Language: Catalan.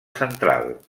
central